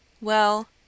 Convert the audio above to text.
Well